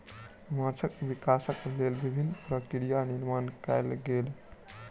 माँछक विकासक लेल विभिन्न प्रक्रिया निर्माण कयल गेल